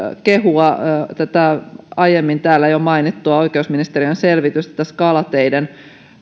kehua myös tätä aiemmin täällä jo mainittua oikeusministeriön selvitystä tästä kalateiden